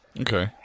Okay